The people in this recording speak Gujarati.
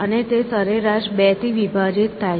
અને તે સરેરાશ બે થી વિભાજીત થાય છે